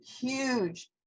huge